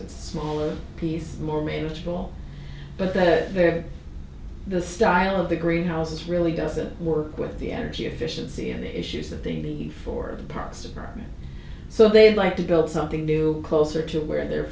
use smaller pieces more rageful but that they're the style of the green house really doesn't work with the energy efficiency of the issues that they need for the parks department so they'd like to build something new closer to where their